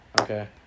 Okay